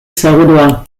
segurua